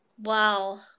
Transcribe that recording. Wow